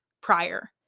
prior